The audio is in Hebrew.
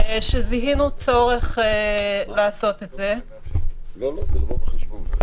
נכון שצו הסגירה המנהלי לא יעמוד לשבוע בלבד אלא הוא